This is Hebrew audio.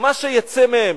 מה שיצא מהם.